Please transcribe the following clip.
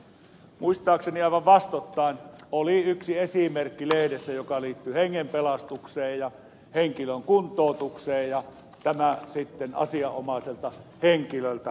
muistaakseni aivan vastoittain oli yksi esimerkki lehdessä joka liittyi hengenpelastukseen ja henkilön kuntoutukseen ja tämä sitten asianomaiselta henkilöltä evättiin